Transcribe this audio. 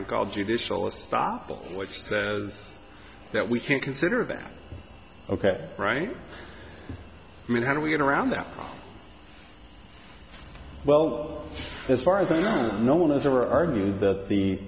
e called judicial a stop which says that we can consider that ok right i mean how do we get around that well as far as i know no one has ever argued that the